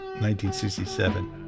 1967